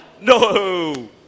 No